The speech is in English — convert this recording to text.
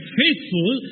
faithful